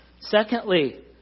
Secondly